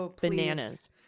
bananas